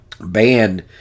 banned